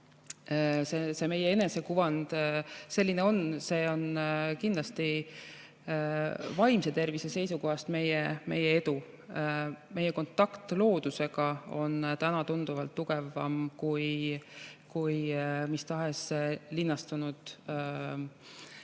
et meie enesekuvand selline on, on kindlasti vaimse tervise seisukohast meie edu. Meie kontakt loodusega on tunduvalt tugevam kui mis tahes linnastunud